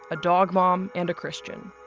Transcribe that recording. a dog mom, and a christian.